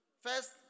first